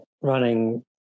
running